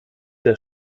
der